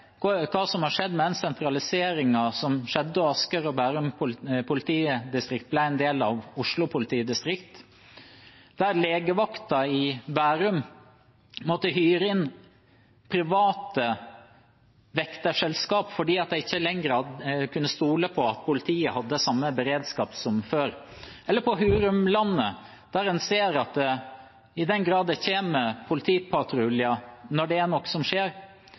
hva som skjedde med sentraliseringen da Asker og Bærum politidistrikt ble en del av Oslo politidistrikt. Legevakten i Bærum måtte hyre inn private vekterselskap fordi de ikke lenger kunne stole på at politiet hadde samme beredskap som før. Eller på Hurumlandet, der en ser at i den grad politipatruljer kommer når det skjer noe, kommer ofte patruljer enten fra Sandvika, eller for den saks skyld fra Stovner, som